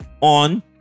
on